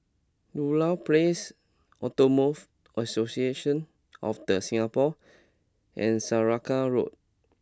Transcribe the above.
Ludlow Place Automobile Association of The Singapore and Saraca Road